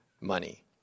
money